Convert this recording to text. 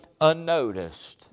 unnoticed